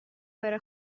بره